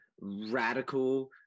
radical